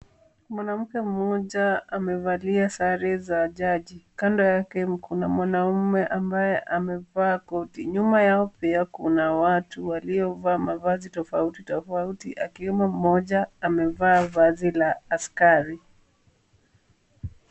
Mwanamke mmoja amevalia sare za jaji kando yake kuna mwanaume ambaye amevaa koti. Nyuma yao pia kuna watu waliovaa mavazi tofauti tofauti akiwemo mmoja ambaye amevaa vazi la askari.